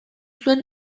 zuen